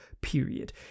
period